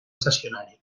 cessionari